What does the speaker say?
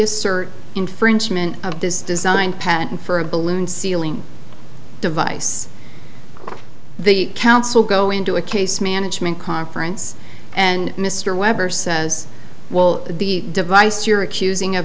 assert infringement of this design patent for a balloon sealing device the council go into a case management conference and mr weber says well the device you're accusing of